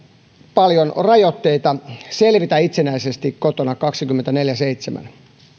paljon rajoitteita selvitä itsenäisesti kotona kaksikymmentäneljä